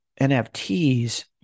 NFTs